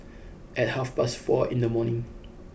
at half past four in the morning